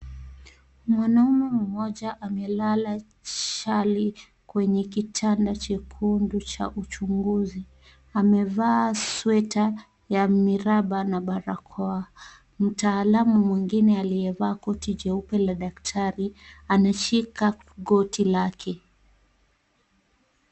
Mwanaume mmoja amelala chali kwenye kitanda chekundu cha uchunguzi, amevaa sweta ya miraba na barakoa, mtaalamu mwingine aliyevaa koti jeupe la daktari anashika goti lake.